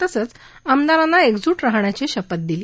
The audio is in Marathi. तसंच आमदारांना एकज राहण्याची शपथ दिली